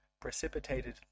precipitated